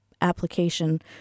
application